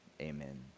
Amen